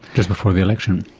just before the election.